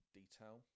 detail